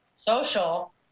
Social